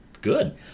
good